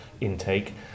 Intake